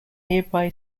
nearby